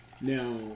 Now